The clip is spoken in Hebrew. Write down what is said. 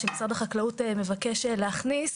שמשרד החקלאות מבקש להכניס,